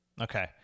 Okay